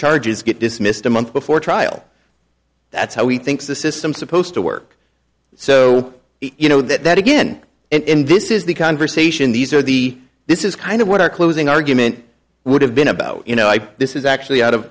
charges get dismissed a month before trial that's how he thinks the system supposed to work so you know that again and this is the conversation these are the this is kind of what our closing argument would have been about you know i this is actually out of